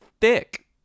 thick